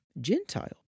Gentile